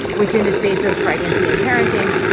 which in this space of pregnancy and parenting,